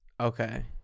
Okay